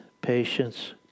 patience